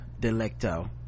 Delecto